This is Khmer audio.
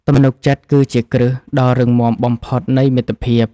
ទំនុកចិត្តគឺជាគ្រឹះដ៏រឹងមាំបំផុតនៃមិត្តភាព។